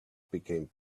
became